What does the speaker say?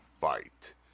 fight